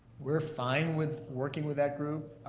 we're fine with working with that group,